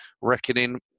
reckoning